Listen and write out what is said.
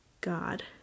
God